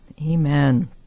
amen